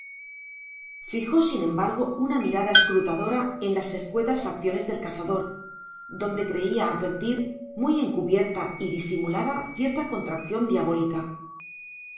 fijó sin embargo una mirada escrutadora en las escuetas facciones del cazador donde creía advertir muy encubierta y disimulada cierta contracción diabólica